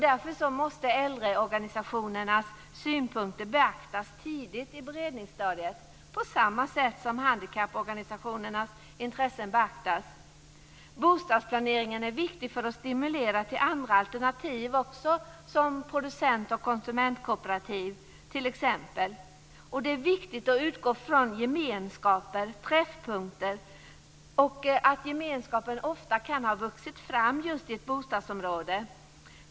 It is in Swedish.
Därför måste äldreorganisationernas synpunkter beaktas tidigt i beredningsstadiet, på samma sätt som handikapporganisationernas intressen beaktas. Bostadsplaneringen är viktig för att stimulera till andra alternativ, som producent och konsumentkooperativ. Det är viktigt att utgå från gemenskaper och träffpunkter och från att gemenskaper ofta kan ha vuxit fram just i ett bostadsområde.